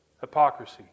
hypocrisy